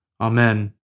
Amen